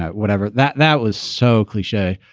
whatever that that was so cliche.